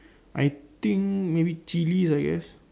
I think maybe chilli I guess